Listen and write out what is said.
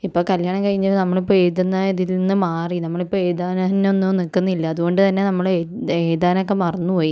ഇപ്പം കല്യാണം കഴിഞ്ഞതും നമ്മളിപ്പം എഴുതുന്ന ഇതിൽ നിന്ന് മാറി നമ്മളിപ്പം എഴുതാനെന്നൊന്നും നിൽക്കുന്നില്ല അതുകൊണ്ട് തന്നെ നമ്മൾ എഴുതാനൊക്കെ മറന്നു പോയി